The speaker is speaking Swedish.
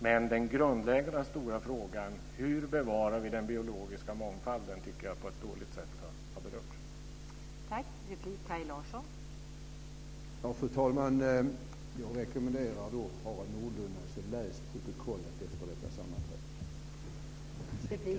Men den grundläggande stora frågan, hur vi bevarar den biologiska mångfalden, tycker jag har berörts på ett dåligt sätt.